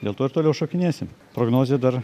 dėl to ir toliau šokinėsim prognozė dar